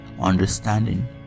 understanding